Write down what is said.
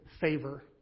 favor